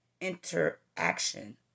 interaction